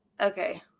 Okay